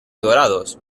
dorados